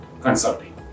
consulting